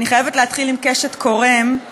אני חייבת להתחיל עם קשת קורם,